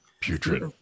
Putrid